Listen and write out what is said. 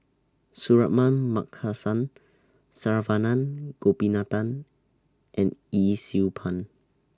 Suratman Markasan Saravanan Gopinathan and Yee Siew Pun